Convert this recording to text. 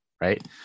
right